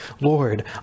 Lord